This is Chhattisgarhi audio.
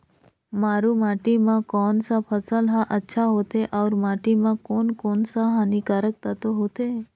मारू माटी मां कोन सा फसल ह अच्छा होथे अउर माटी म कोन कोन स हानिकारक तत्व होथे?